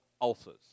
ulcers